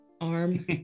arm